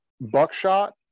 buckshot